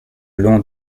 long